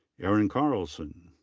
aaron carlson.